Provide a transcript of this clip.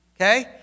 okay